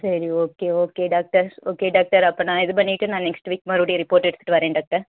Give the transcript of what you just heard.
சரி okay okay doctor okay doctor அப்போ நான் இது பண்ணிவிட்டு நான் நெக்ஸ்ட் வீக் மறுபடியும் ரிப்போர்ட் எடுத்துகிட்டு வரேன் டாக்டர்